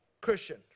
christian